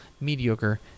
mediocre